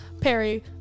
Perry